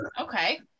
Okay